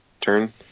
turn